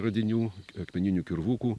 radinių akmeninių kirvukų